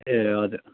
ए हजुर